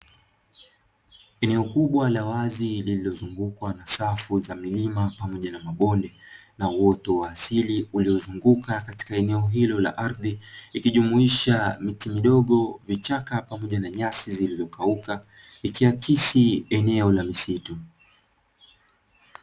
Eneo kubwa la wazi lililozungukwa na safu za milima pamoja na mabonde, na uoto wa asili uliyozunguka katika eneo hilo la ardhi, likijumuisha miti midogo, vichaka, pamoja na nyasi zilizokauka, ikiakisi eneo la misitu.